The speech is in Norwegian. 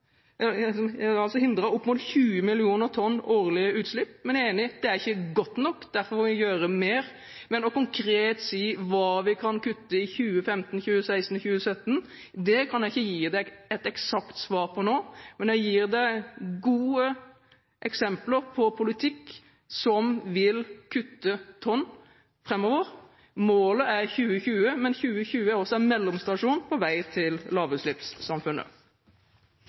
opp mot 20 mill. tonn årlige utslipp. Men jeg er enig i at det ikke er godt nok, og derfor må vi gjøre mer. Hva vi konkret kan kutte i 2015, 2016 og 2017, kan jeg ikke gi et eksakt svar på nå, men jeg gir gode eksempler på politikk som vil kutte tonn framover. Målet er 2020, men 2020 er også en mellomstasjon på vei til lavutslippssamfunnet.